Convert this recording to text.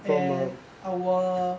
and our